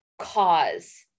cause